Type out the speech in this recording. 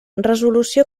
resolució